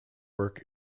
work